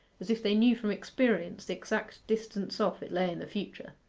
as if they knew from experience the exact distance off it lay in the future.